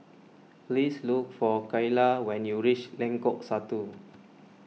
please look for Kyla when you reach Lengkok Satu